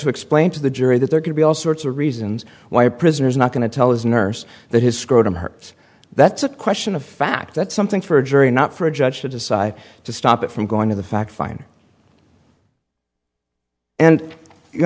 to explain to the jury that there could be all sorts of reasons why a prisoner is not going to tell his nurse that his scrotum hurts that's a question of fact that's something for a jury not for a judge to decide to stop it from going to the fact fine and you